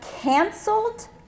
canceled